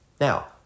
Now